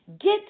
get